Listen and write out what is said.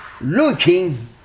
looking